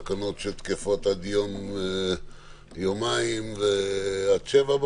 תקנות שתקפות עד 07:00 בבוקר,